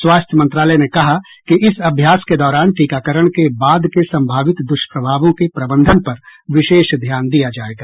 स्वास्थ्य मंत्रालय ने कहा कि इस अभ्यास के दौरान टीकाकरण के बाद के संभावित द्रष्प्रभावों के प्रबंधन पर विशेष ध्यान दिया जायेगा